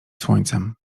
słońcem